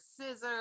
scissors